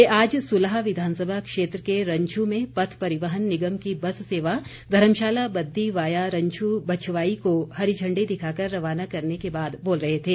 वे आज सुलह विधानसभा क्षेत्र के रंझु में पथ परिवहन निगम की बस सेवा धर्मशाला बददी वाया रंज़ु बछवाई को हरी झंडी दिखाकर रवाना करने के बाद बोल रहे थे